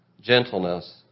gentleness